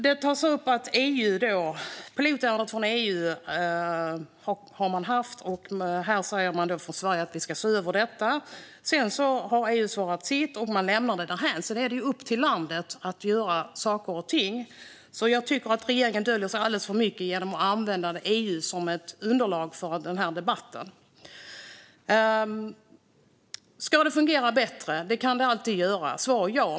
Det tas upp att man har haft pilotärendet från EU, och man säger från Sverige att man ska se över detta. Sedan har EU svarat med sitt och lämnat det därhän, och därefter är det upp till landet att göra saker och ting. Jag tycker att regeringen gömmer sig alldeles för mycket genom att använda EU som ett underlag för debatten. Ska det fungera bättre - det kan det alltid göra? Svar ja.